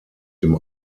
dem